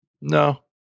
no